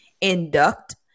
induct